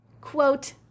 Quote